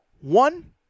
One